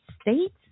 States